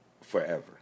forever